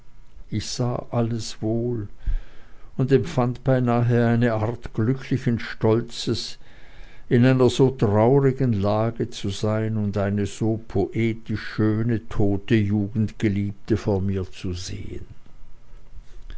ich sah alles wohl und empfand beinahe eine art glücklichen stolzes in einer so traurigen lage zu sein und eine so poetisch schöne tote jugendgeliebte vor mir zu sehen